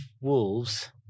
wolves